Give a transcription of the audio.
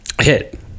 hit